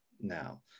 now